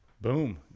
Boom